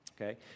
okay